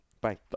Bye